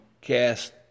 cast